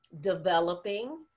developing